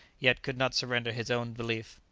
yet could not surrender his own belief.